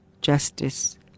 justice